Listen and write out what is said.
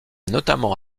notamment